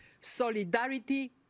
Solidarity